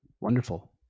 Wonderful